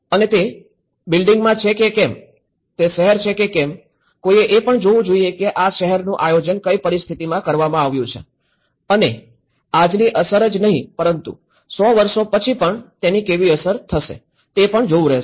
અને તે બિલ્ડિંગમાં છે કે કેમ તે શહેર છે કે કેમ કોઈએ એ પણ જોવું જોઈએ કે આ શહેરનું આયોજન કઈ પરિસ્થિતિમાં કરવામાં આવ્યું છે અને આજની અસર જ નહીં પરંતુ સો વર્ષ પછી પણ તેની કેવી અસર થશે તે પણ જોવાનું રહેશે